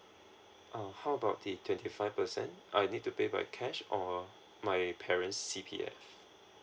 oh how about the twenty five percent I need to pay by cash or my parents C_P_F